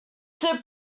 sip